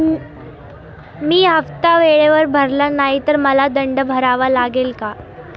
मी हफ्ता वेळेवर भरला नाही तर मला दंड भरावा लागेल का?